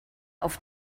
auf